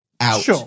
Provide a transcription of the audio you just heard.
out